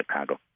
Chicago